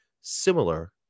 similar